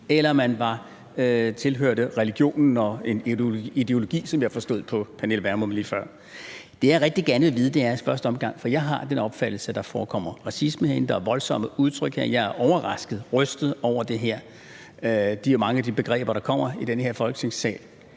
eller om man tilhørte religionen og en ideologi, som jeg forstod det på fru Pernille Vermund lige før. Det, jeg rigtig gerne vil vide, er i første omgang følgende: Jeg har den opfattelse, at der forekommer racisme herinde. Der er voldsomme udtryk her. Jeg er overrasket og rystet over mange af de begreber, der forekommer i den her Folketingssal.